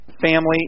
family